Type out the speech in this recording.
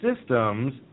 Systems